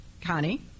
Connie